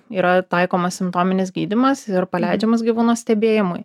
yra taikomas simptominis gydymas ir paleidžiamas gyvūnas stebėjimui